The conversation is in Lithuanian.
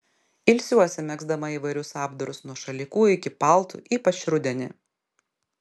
ilsiuosi megzdama įvairius apdarus nuo šalikų iki paltų ypač rudenį